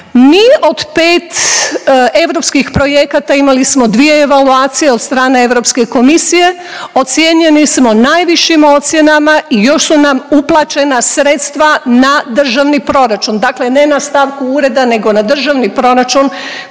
Mi od pet europskih projekata imali smo dvije evaluacije od strane Europske komisije, ocijenjeni smo najvišim ocjenama i još su nam uplaćena sredstva na državni proračun, dakle ne na stavku ureda nego na državni proračun